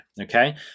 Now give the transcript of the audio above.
Okay